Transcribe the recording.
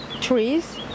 trees